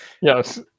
Yes